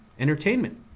entertainment